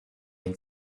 and